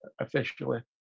officially